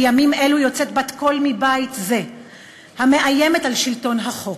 בימים אלו יוצאת מבית זה בת-קול המאיימת על שלטון החוק.